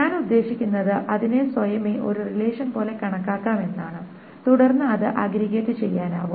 ഞാൻ ഉദ്ദേശിക്കുന്നത് അതിനെ സ്വയമേ ഒരു റിലേഷൻ പോലെ കണക്കാക്കാം എന്നാണ് തുടർന്ന് അത് അഗ്ഗ്രിഗേറ്റ് ചെയ്യാനാവും